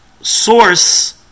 source